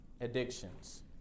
addictions